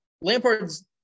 Lampard's